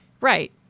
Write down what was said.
Right